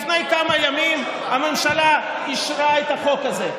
לפני כמה ימים הממשלה אישרה את החוק הזה,